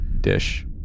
dish